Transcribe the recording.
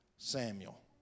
Samuel